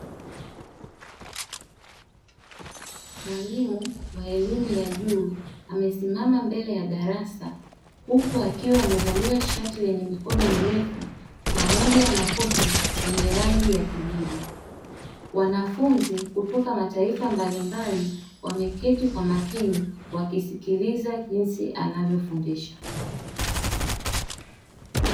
Mwalimu wa elimu ya juu amesimama mbele ya darasa huku akiwa amevalia shati lenye mikono mirefu pamoja na koti yenye rangi ya kijivu. Wanafunzi kutoka mataifa mbalimbali wameketi kwa makini wakisikiliza jinsi anavyofundisha.